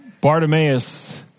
Bartimaeus